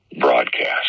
broadcast